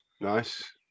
Nice